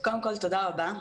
קודם כל, תודה רבה.